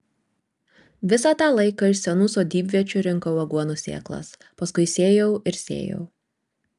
visą tą laiką iš senų sodybviečių rinkau aguonų sėklas paskui sėjau ir sėjau